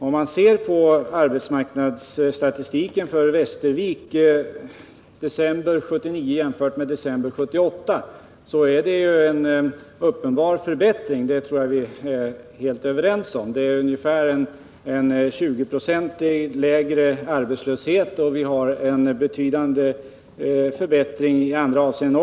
Om man jämför arbetsmarknadsstatistiken för Västervik för december 1979 med motsvarande statistik för december 1978, finner man en uppenbar förbättring; det tror jag vi är helt överens om. Arbetslösheten är ungefär 20 96 lägre nu, och det har blivit en betydande förbättring också i andra avseenden.